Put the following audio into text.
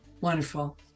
Wonderful